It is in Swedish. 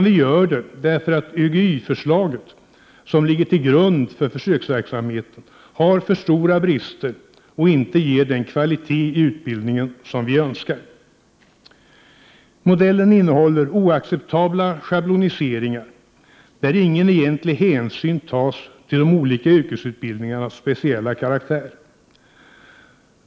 Vi gör det därför att ÖGY-förslaget, som ligger till grund för försöksverksamheten, har för stora brister och inte ger den kvalitet i utbildningen som vi önskar. Modellen innehåller oacceptabla schabloniseringar, där ingen egentlig hänsyn tas till de olika yrkesutbildningarnas speciella karaktär.